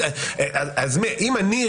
אם אני,